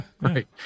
Right